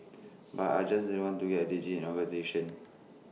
but I just didn't want to get digit in organisation